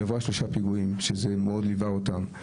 היא עברה שלושה פיגועים, שזה מאוד ליווה אותם.